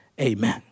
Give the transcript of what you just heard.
amen